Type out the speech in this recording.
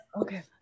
Okay